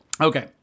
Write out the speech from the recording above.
okay